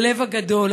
הלב הגדול,